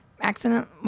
accident